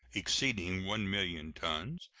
exceeding one million tons,